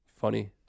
funny